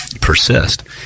persist